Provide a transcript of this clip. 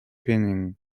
pinning